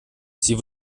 sie